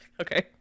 Okay